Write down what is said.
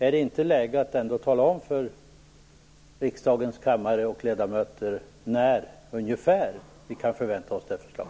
Är det inte ändå läge att tala om för riksdagens kammare och ledamöter när ungefär vi kan förvänta oss detta förslag?